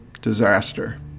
disaster